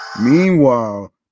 Meanwhile